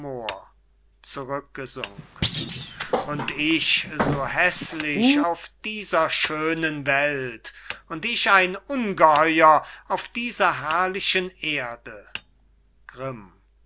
und ich so häßlich auf dieser schönen welt und ich ein ungeheuer auf dieser herrlichen erde grimm